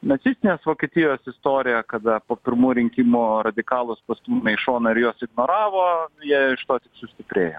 nacistinės vokietijos istoriją kada po pirmų rinkimų radikalus pastūmė į šoną ir juos ignoravo jie iš to tik sustiprėjo